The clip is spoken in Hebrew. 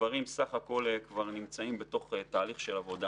הדברים כבר נמצאים בתהליך של עבודה